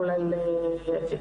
כולל את אירופה,